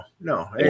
no